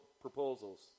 proposals